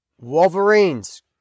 Wolverines